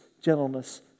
gentleness